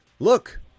Look